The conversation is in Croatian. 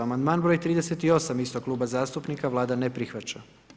Amandman broj 38 istog kluba zastupnika, Vlada ne prihvaća.